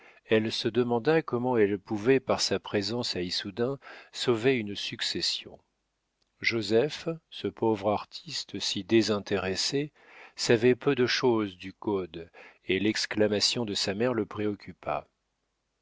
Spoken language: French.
elle se demanda comment elle pouvait par sa présence à issoudun sauver une succession joseph ce pauvre artiste si désintéressé savait peu de chose du code et l'exclamation de sa mère le préoccupa